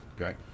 okay